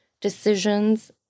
decisions